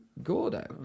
Gordo